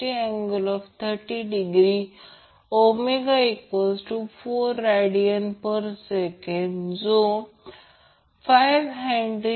याचा अर्थ असा की जर ही अवरेज पॉवर असेल तर Imax √ 2 2 R पर सायकल म्हणजे यासोबत गुणाकार असेल